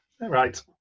Right